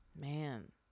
Man